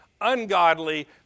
ungodly